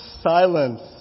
silence